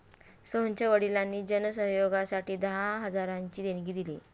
मोहनच्या वडिलांनी जन सहयोगासाठी दहा हजारांची देणगी दिली